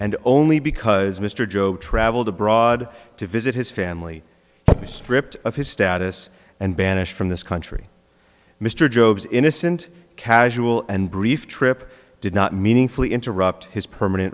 and only because mr joe traveled abroad to visit his family stripped of his status and banished from this country mr job's innocent casual and brief trip did not meaningfully interrupt his permanent